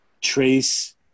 trace